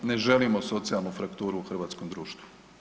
Ne želimo socijalnu frakturu u hrvatskom društvu.